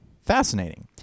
Fascinating